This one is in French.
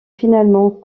finalement